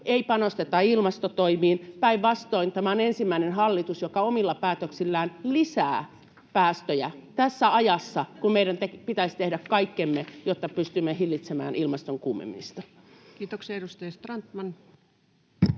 ei panosteta ilmastotoimiin. Päinvastoin, tämä on ensimmäinen hallitus, joka omilla päätöksillään lisää päästöjä tässä ajassa, kun meidän pitäisi tehdä kaikkemme, jotta pystymme hillitsemään ilmaston kuumenemista. Kiitoksia. — Edustaja Strandman. Arvoisa